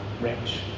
rich